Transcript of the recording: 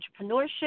entrepreneurship